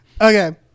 Okay